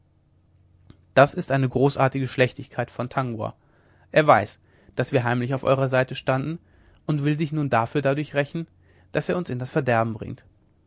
das ist eine großartige schlechtigkeit von tangua er weiß daß wir heimlich auf eurer seite standen und will sich nun dafür dadurch rächen daß er uns in das verderben bringt